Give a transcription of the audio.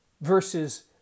Versus